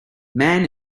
man